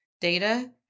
data